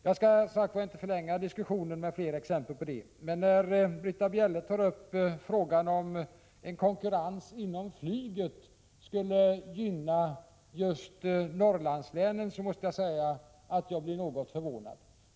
Jag skall inte förlänga diskussionen med fler exempel, men när Britta Bjelle hävdar att en konkurrens inom flyget skulle gynna just Norrlandslänen, måste jag säga att jag blir något förvånad.